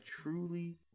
truly